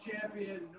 champion